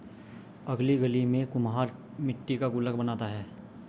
अगली गली में कुम्हार मट्टी का गुल्लक बनाता है